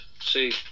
see